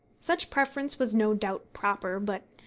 such preference was no doubt proper but,